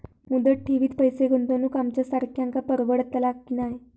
मुदत ठेवीत पैसे गुंतवक आमच्यासारख्यांका परवडतला की नाय?